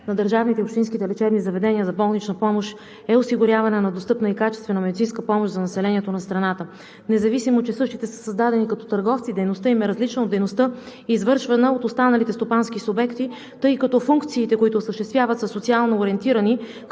на държавните и общинските лечебни заведения за болнична помощ е осигуряването на достъпна и качествена медицинска помощ за населението на страната. Независимо че същите са създадени като търговци, дейността им е различна от дейността, извършвана от останалите стопански субекти, тъй като функциите, които осъществяват, са социално ориентирани